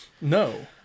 No